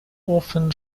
often